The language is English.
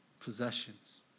possessions